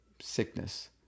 sickness